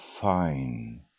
fine